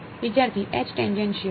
વિદ્યાર્થી H tangential